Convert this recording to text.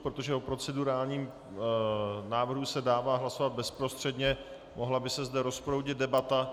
Protože o procedurálním návrhu se dává hlasovat bezprostředně, mohla by se zde rozproudit debata.